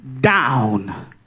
down